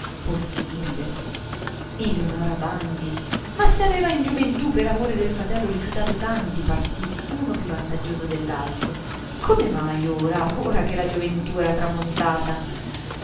possibile eleonora bandi ma se aveva in gioventù per amore del fratello rifiutato tanti partiti uno più vantaggioso dell'altro come mai ora ora che la gioventù era tramontata